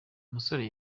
musore